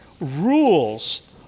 rules